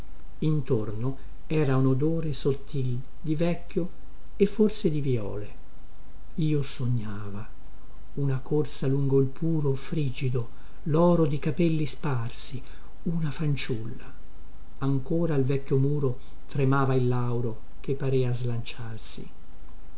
intorno era un odore sottil di vecchio e forse di vïole io sognava una corsa lungo il puro frigido loro di capelli sparsi una fanciulla ancora al vecchio muro tremava il lauro che parea slanciarsi